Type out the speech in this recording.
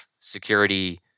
security